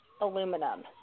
aluminum